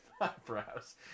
eyebrows